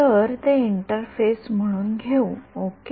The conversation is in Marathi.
तर ते इंटरफेस म्हणून घेऊ ओके